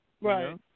Right